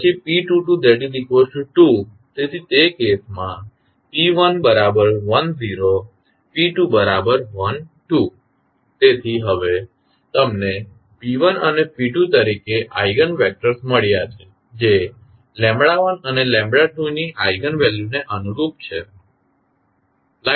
તેથી તે કેસમાં તેથી હવે તમને p1 અને p2 તરીકે આઇગન વેક્ટર્સ મળ્યાં છે જે 1અને 2 ની આઇગન વેલ્યુને અનુરૂપ છે